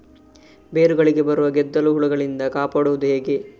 ಬೇರುಗಳಿಗೆ ಬರುವ ಗೆದ್ದಲು ಹುಳಗಳಿಂದ ಕಾಪಾಡುವುದು ಹೇಗೆ?